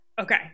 Okay